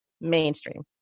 mainstream